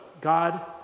God